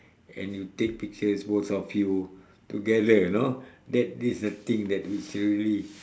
and you take pictures both of you together you know that this is the thing that it's really